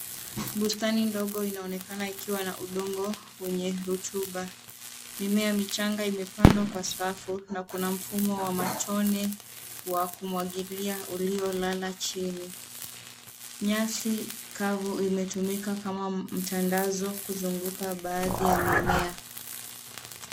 Bustani ndogo inaonekana ikiwa udongo wenye rutuba. Mimea michanga imepandwa kwa safu na kuna mfumo wa matone wa kumwagilia uliolala chini. Nyasi kavu imetumika kama mtandazo kuzuguka baadhi ya mimea.